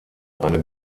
eine